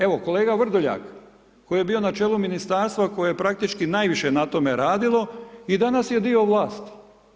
Evo kolega Vrdoljak, koji je bio na čelu ministarstva koje je praktički najviše na tome radilo, i danas je dio vlasti.